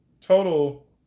total